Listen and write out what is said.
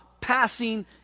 passing